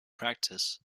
practice